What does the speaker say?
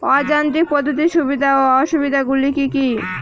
অযান্ত্রিক পদ্ধতির সুবিধা ও অসুবিধা গুলি কি কি?